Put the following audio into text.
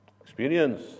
experience